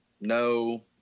No